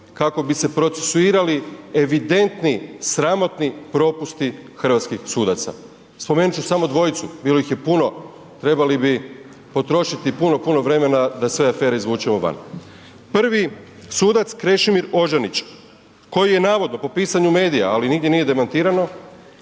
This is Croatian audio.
kako bi se procesuirali evidentni, sramotni propusti hrvatskih sudaca. Spomenuti ću samo dvojcu, bilo ih je puno, trebali bi potrošiti puno, puno vremena da sve afere izvučemo van. Prvi sudac Krešimir Ožanić koji je navodno po pisanju medija, ali nigdje nije demantirano